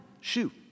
shoe